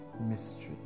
mystery